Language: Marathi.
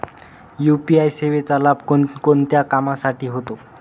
यू.पी.आय सेवेचा लाभ कोणकोणत्या कामासाठी होतो?